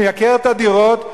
מייקר את הדירות,